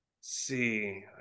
see